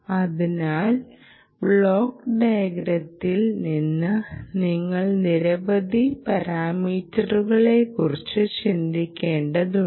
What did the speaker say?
അതിനാൽ ബ്ലോക്ക് ഡയഗ്രത്തിൽ നിന്ന് നിങ്ങൾ നിരവധി പാരാമീറ്ററുകളെക്കുറിച്ച് ചിന്തിക്കേണ്ടതുണ്ട്